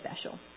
special